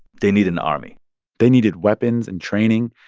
they need an army they needed weapons and training,